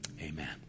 Amen